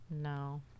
No